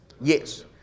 Yes